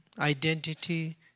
identity